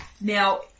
Now